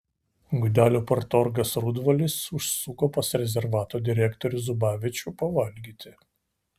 gudelių partorgas rudvalis užsuko pas rezervato direktorių zubavičių pavalgyti